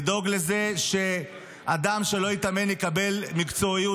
לדאוג לזה שאדם שלא יתאמן יקבל מקצועיות,